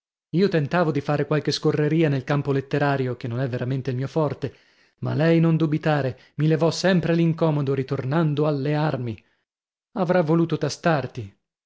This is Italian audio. io tentavo di fare qualche scorreria nel campo letterario che non è veramente il mio forte ma lei non dubitare mi levò sempre l'incomodo ritornando alle armi avrà voluto tastarti